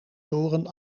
toren